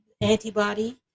antibody